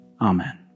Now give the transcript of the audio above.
Amen